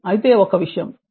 అయితే ఒక విషయం